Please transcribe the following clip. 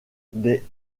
des